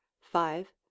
five